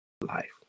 Life